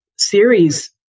Series